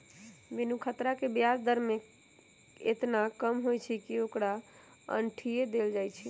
बिनु खतरा के ब्याज दर में खतरा एतना कम होइ छइ कि ओकरा अंठिय देल जाइ छइ